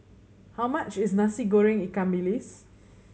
how much is Nasi Goreng ikan bilis